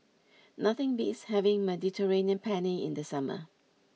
nothing beats having Mediterranean Penne in the summer